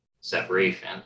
separation